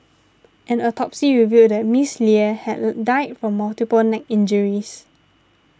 an autopsy revealed that Miss Lie had died from multiple neck injuries